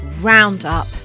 roundup